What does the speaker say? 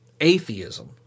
atheism